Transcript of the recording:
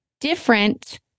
different